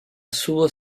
sua